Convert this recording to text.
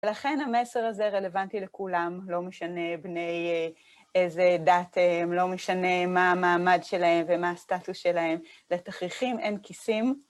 ולכן המסר הזה רלוונטי לכולם, לא משנה בני איזה דת הם, לא משנה מה המעמד שלהם ומה הסטטוס שלהם, לתכריחים אין כיסים.